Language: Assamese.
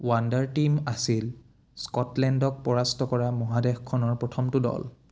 ৱাণ্ডাৰ টীম আছিল স্কটলেণ্ডক পৰাস্ত কৰা মহাদেশখনৰ প্ৰথমটো দল